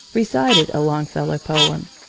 recited a longfellow poem.